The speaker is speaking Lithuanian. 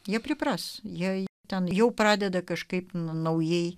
jie pripras jei ten jau pradeda kažkaip naujai